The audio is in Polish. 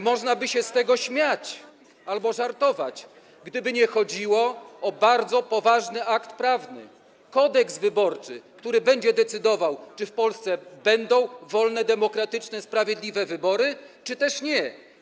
Można by z tego się śmiać albo żartować, gdyby nie chodziło o bardzo poważny akt prawny, Kodeks wyborczy, który będzie decydował o tym, czy w Polsce będą wolne, demokratyczne, sprawiedliwe wybory, czy też nie.